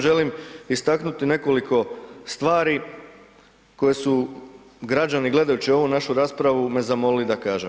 Želim istaknuti nekoliko stvari koje su građani gledajući ovu našu raspravu me zamolili da kažem.